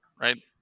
Right